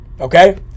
okay